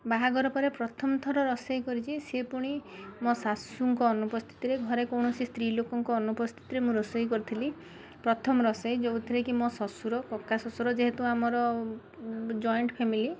ବାହାଘର ପରେ ପ୍ରଥମଥର ରୋଷେଇ କରିଛି ସେ ପୁଣି ସେ ପୁଣି ମୋ ଶାଶୁଙ୍କ ଅନୁପସ୍ଥିତିରେ ଘରେ କୌଣସି ସ୍ତ୍ରୀଲୋକଙ୍କ ଅନୁପସ୍ଥିତିରେ ମୁଁ ରୋଷେଇ କରିଥିଲି ପ୍ରଥମ ରୋଷେଇ ଯେଉଁଥିରେ କି ମୋ ଶ୍ୱଶୁର କକା ଶ୍ୱଶୁର ଯେହେତୁ ଆମର ଜଏଣ୍ଟ ଫ୍ୟାମିଲି